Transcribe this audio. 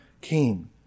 King